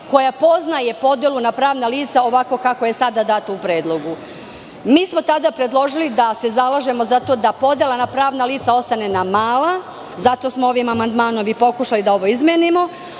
koja poznaje podelu na pravna lica ovakva kako je sada dato u predlogu. Mi smo tada predložili da se zalažemo za to da podela na pravna lica ostane, zato smo ovim amandmanom i pokušali da ovo izmenimo,